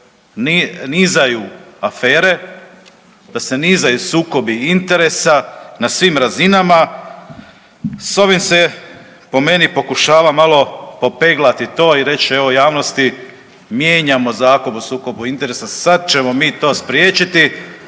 da se nizaju afere, da se nizaju sukobi interesa na svim razinama s ovim se, po meni pokušava malo popeglati to i reći, evo, javnosti, mijenjamo Zakon o sukobu interesa, sad ćemo mi to spriječiti,